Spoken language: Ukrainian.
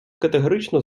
категорично